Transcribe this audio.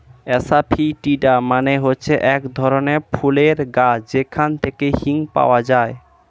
asafoetida মানে হচ্ছে এক ধরনের ফুলের গাছ যেখান থেকে হিং পাওয়া যায়